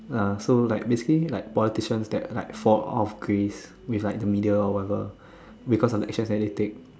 uh so like basically like politicians that like fall off Grace with like the media or whatever because of the actions that they take